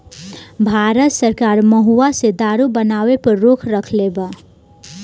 भारत सरकार महुवा से दारू बनावे पर रोक रखले बा